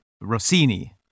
Rossini